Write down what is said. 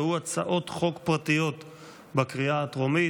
והוא הצעות חוק פרטיות לקריאה הטרומית.